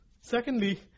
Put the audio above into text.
Secondly